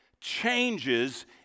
changes